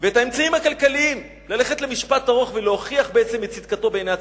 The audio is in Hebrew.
והאמצעים הכלכליים ללכת למשפט ארוך ולהוכיח בעצם את צדקתו בעיני הציבור.